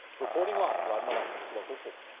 reporting live, rod meloni, local four.